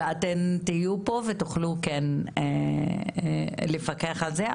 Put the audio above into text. ואתן תהיו פה ותוכלו כן לפקח על זה,